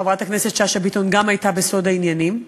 חברת הכנסת שאשא ביטון גם הייתה בסוד העניינים.